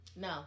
No